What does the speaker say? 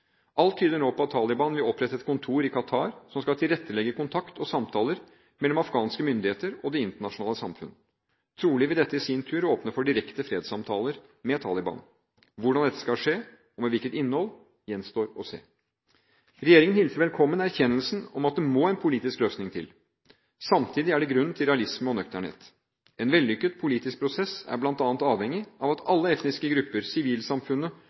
Alt tyder nå på at Taliban vil opprette et kontor i Qatar som skal tilrettelegge kontakt og samtaler mellom afghanske myndigheter og det internasjonale samfunn. Trolig vil dette i sin tur åpne for direkte fredssamtaler med Taliban. Hvordan dette skal skje, og med hvilket innhold, gjenstår å se. Regjeringen hilser velkommen erkjennelsen av at det må en politisk løsning til. Samtidig er det grunn til realisme og nøkternhet. En vellykket politisk prosess er bl.a. avhengig av at alle etniske grupper, sivilsamfunnet